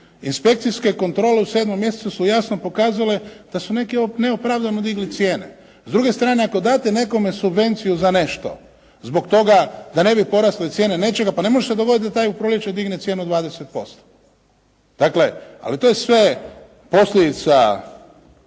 Inspekcijske kontrole u 7. mjesecu su jasno pokazale da su neki neopravdano digli cijene. S druge strane, ako date nekome subvenciju za nešto zbog toga da ne bi porasle cijene nečega, pa ne može se dogoditi da taj u proljeće digne cijenu 20%. Dakle, ali to je sve posljedica